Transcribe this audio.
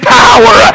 power